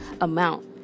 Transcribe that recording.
amount